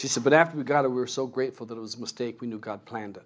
she said but after we got it we were so grateful that it was a mistake we knew god planned